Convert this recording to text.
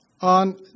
on